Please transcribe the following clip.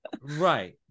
Right